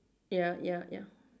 ya ya ya